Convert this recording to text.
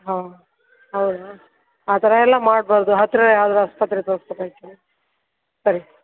ಹೋ ಹೌದಾ ಆ ಥರ ಎಲ್ಲ ಮಾಡಬಾರ್ದು ಹತ್ತಿರ ಯಾವ್ದಾದ್ರು ಆಸ್ಪತ್ರೆಗೆ ತೋರ್ಸ್ಬೇಕಾಗಿತ್ರೀ ಸರಿ